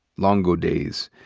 long-ago days.